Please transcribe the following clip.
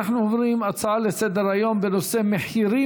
נעבור להצעות לסדר-היום בנושא: מחירים